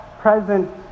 present